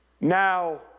Now